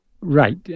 Right